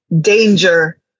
Danger